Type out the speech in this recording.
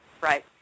Right